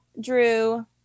Drew